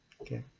Okay